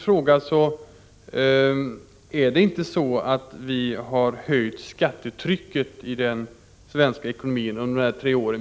Vi har inte, Knut Wachtmeister, höjt skattetrycket i den svenska ekonomin under de senaste tre åren.